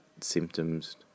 symptoms